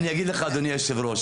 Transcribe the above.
אני אגיד לך, אדוני היושב-ראש.